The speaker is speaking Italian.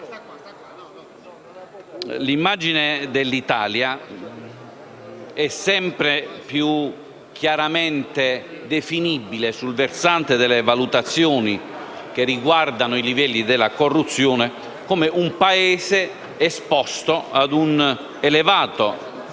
l'immagine dell'Italia è sempre più chiaramente definibile, sul versante delle valutazioni che riguardano i livelli di corruzione, come un Paese esposto a un elevato grado